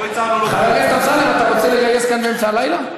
אתה רוצה לגייס כאן באמצע הלילה?